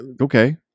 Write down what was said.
Okay